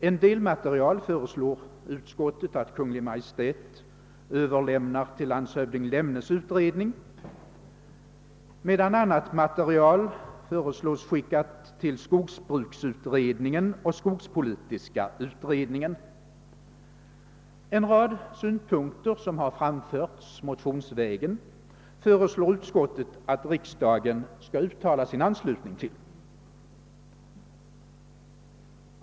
En del material föreslår utskottet att Kungl. Maj:t överlämnar till landshövding Lemnes utredning, medan annat material föreslås bli skickat till skogsbruksutredningen och skogspolitiska utredningen. En rad synpunkter som har framförts motionsvägen föreslår utskottet att riksdagen skall uttala sin anslutning till.